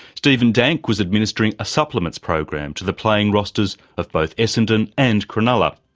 stephen dank was administering a supplements program to the playing rosters of both essendon and cronulla.